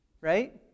Right